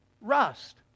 rust